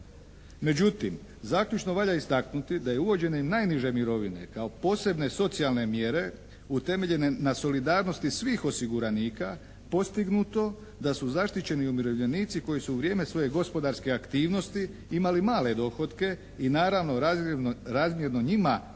Međutim, zaključno valja istaknuti da je uvođenje najniže mirovine kao posebne socijalne mjere utemeljene na solidarnosti svih osiguranika postignuto da su zaštićeni umirovljenici koji su u vrijeme svoje gospodarske aktivnosti imali male dohotke i naravno razmjerno njima